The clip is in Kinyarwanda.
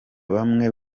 bamwe